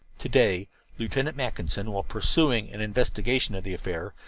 to-day lieutenant mackinson, while pursuing an investigation of the affair,